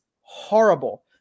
horrible